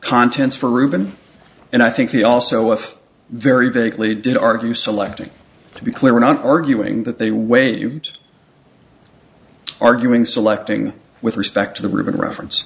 contents for ruben and i think he also of very vaguely did argue selecting to be clear we're not arguing that they waived arguing selecting with respect to the ribbon reference